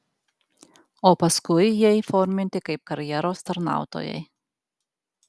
o paskui jie įforminti kaip karjeros tarnautojai